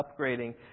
upgrading